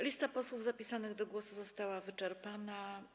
Lista posłów zapisanych do głosu została wyczerpana.